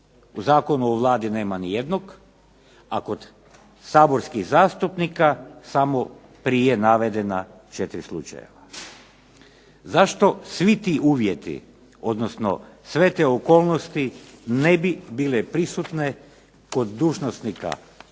u Zakonu o Vladi nema ni jednog, a kod saborskih zastupnika samo prije navedena četiri slučajeva. Zašto svi ti uvjeti, odnosno sve te okolnosti ne bi bile prisutne kod dužnosnika,